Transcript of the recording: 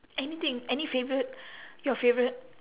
anything any favourite your favourite